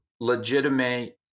legitimate